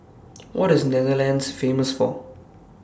What IS Netherlands Famous For